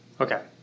Okay